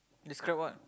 describe what